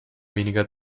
weniger